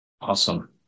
awesome